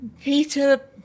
Peter